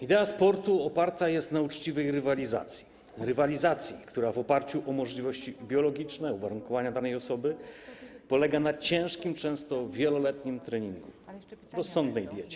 Idea sportu oparta jest na uczciwej rywalizacji, która w oparciu o możliwości biologiczne, uwarunkowania danej osoby polega na ciężkim, często wieloletnim treningu, rozsądnej diecie.